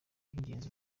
by’ingenzi